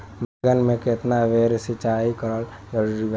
बैगन में केतना बेर सिचाई करल जरूरी बा?